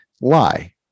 lie